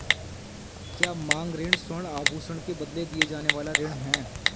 क्या मांग ऋण स्वर्ण आभूषण के बदले दिया जाने वाला ऋण है?